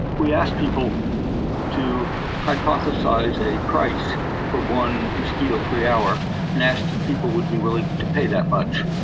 we asked people to hypothesise a price for one mosquito-free hour and asked if people would be willing to pay that much,